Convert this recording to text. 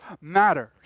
matters